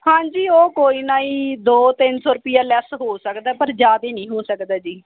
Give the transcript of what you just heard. ਹਾਂਜੀ ਉਹ ਕੋਈ ਨਾ ਜੀ ਦੋ ਤਿੰਨ ਸੌ ਰੁਪਈਆ ਲੈੱਸ ਹੋ ਸਕਦਾ ਪਰ ਜ਼ਿਆਦਾ ਨਹੀਂ ਹੋ ਸਕਦਾ ਜੀ